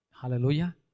Hallelujah